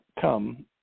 come